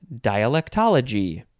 dialectology